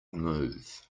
move